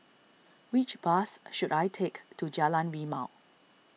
which bus should I take to Jalan Rimau